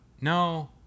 No